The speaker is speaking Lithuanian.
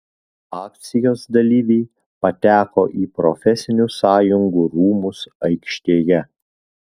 akcijos dalyviai pateko į profesinių sąjungų rūmus aikštėje